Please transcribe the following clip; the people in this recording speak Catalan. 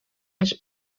les